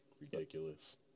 ridiculous